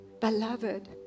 Beloved